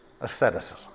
asceticism